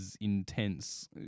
intense